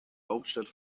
hauptstadt